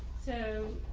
so,